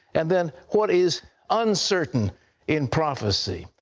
and then what is uncertain in prophecy.